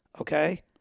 okay